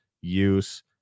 use